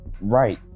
Right